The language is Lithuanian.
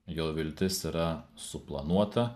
jo viltis yra suplanuota